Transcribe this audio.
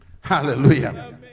hallelujah